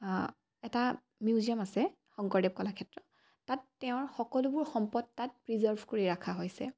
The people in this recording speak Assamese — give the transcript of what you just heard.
এটা মিউজিয়াম আছে শংকৰদেৱ কলাক্ষেত্ৰ তাত তেওঁৰ সকলোবোৰ সম্পদ তাত প্ৰিজাৰ্ভ কৰি ৰখা হৈছে